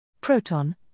Proton